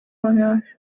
koruyor